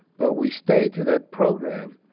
but we stay to that program,